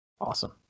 Awesome